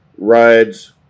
rides